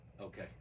Okay